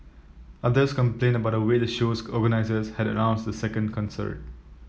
others complained about the way the show's organisers had announced the second concert